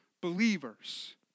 believers